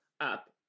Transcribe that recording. up